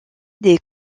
des